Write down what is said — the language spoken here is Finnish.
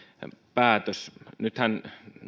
päätös nythän